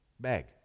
bag